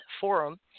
forum